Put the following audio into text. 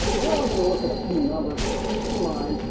we're only going to look at a few numbers, so keep in mind,